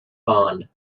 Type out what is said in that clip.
fond